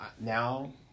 now